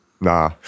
Nah